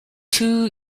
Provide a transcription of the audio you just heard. two